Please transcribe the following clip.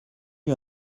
eut